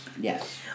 Yes